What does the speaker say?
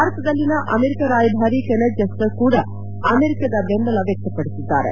ಭಾರತದಲ್ಲಿನ ಅಮೆರಿಕ ರಾಯಭಾರಿ Kenneth Juster ಕೂಡ ಅಮೆರಿಕದ ಬೆಂಬಲವನ್ನು ವ್ಯಕ್ತಪಡಿಸಿದ್ದಾರೆ